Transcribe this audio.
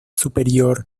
superior